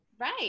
Right